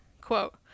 quote